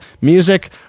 music